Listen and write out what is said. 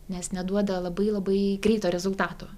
nes neduoda labai labai greito rezultato